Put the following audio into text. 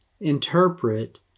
interpret